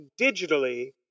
digitally